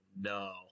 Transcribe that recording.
no